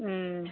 ಹ್ಞೂ